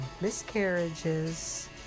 miscarriages